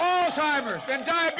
alzheimer's and